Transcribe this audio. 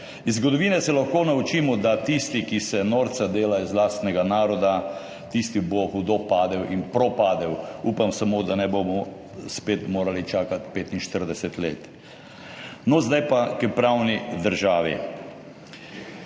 zgodovine se lahko naučimo, da tisti, ki se dela norca iz lastnega naroda, tisti bo hudo padel in propadel. Upam samo, da ne bomo spet morali čakati 45 let. No zdaj pa k pravni državi.